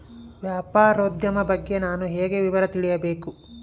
ವ್ಯಾಪಾರೋದ್ಯಮ ಬಗ್ಗೆ ನಾನು ಹೇಗೆ ವಿವರ ತಿಳಿಯಬೇಕು?